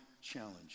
challenge